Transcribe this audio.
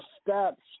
steps